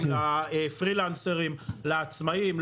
לפרילנסרים ולעצמאים,